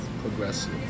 Progressive